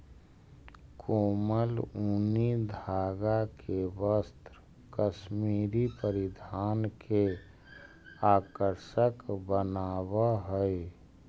कोमल ऊनी धागा के वस्त्र कश्मीरी परिधान के आकर्षक बनावऽ हइ